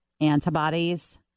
antibodies